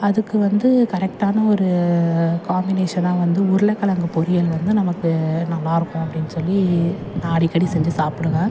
அதுக்கு வந்து கரெக்டான ஒரு காம்பினேஷனாக வந்து உருளைக்கிழங்கு பொரியல் வந்து நமக்கு நல்லாயிருக்கும் அப்படினு சொல்லி நான் அடிக்கடி செஞ்சு சாப்பிடுவேன்